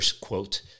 quote